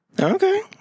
Okay